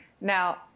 Now